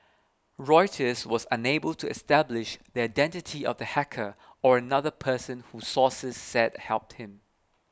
Reuters was unable to establish the identity of the hacker or another person who sources said helped him